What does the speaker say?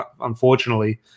Unfortunately